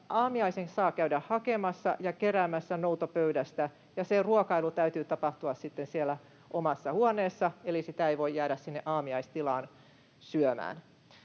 aamiaisen saa käydä hakemassa ja keräämässä noutopöydästä, ja sen ruokailun täytyy tapahtua sitten siellä omassa huoneessa, eli sitä ei voi jäädä sinne aamiaistilaan syömään.